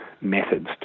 methods